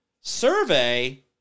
survey